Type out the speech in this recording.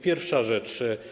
Pierwsza rzecz.